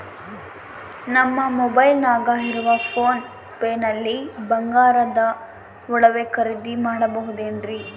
ನಮ್ಮ ಮೊಬೈಲಿನಾಗ ಇರುವ ಪೋನ್ ಪೇ ನಲ್ಲಿ ಬಂಗಾರದ ಒಡವೆ ಖರೇದಿ ಮಾಡಬಹುದೇನ್ರಿ?